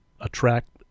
attract